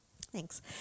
thanks